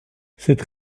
cette